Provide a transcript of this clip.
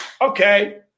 okay